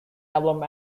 album